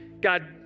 God